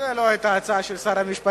זאת לא היתה ההצעה של שר המשפטים.